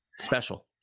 special